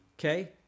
okay